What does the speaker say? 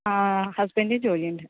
ആഹ് ഹസ്ബൻറ്ന് ജോലി ഉണ്ട്